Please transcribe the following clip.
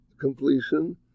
completion